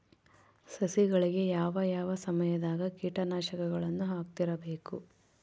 ಸಸಿಗಳಿಗೆ ಯಾವ ಯಾವ ಸಮಯದಾಗ ಕೇಟನಾಶಕಗಳನ್ನು ಹಾಕ್ತಿರಬೇಕು?